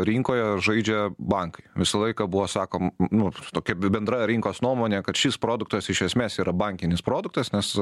rinkoje žaidžia bankai visą laiką buvo sakom nu tokia bi bendra rinkos nuomonė kad šis produktas iš esmės yra bankinis produktas nes